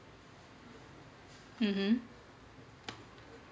mmhmm